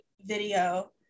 video